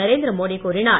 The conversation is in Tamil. நரேந்திரமோடி கூறினார்